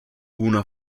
una